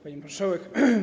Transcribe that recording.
Pani Marszałek!